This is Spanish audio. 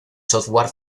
software